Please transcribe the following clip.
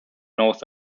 north